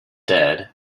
dead